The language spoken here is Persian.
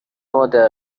مادر